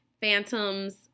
phantoms